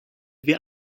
wir